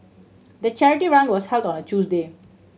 the charity run was held on a Tuesday